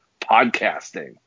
podcasting